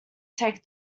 take